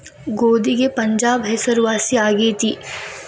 ಗೋಧಿಗೆ ಪಂಜಾಬ್ ಹೆಸರುವಾಸಿ ಆಗೆತಿ